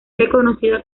reconocida